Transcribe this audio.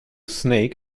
snake